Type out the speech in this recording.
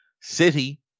City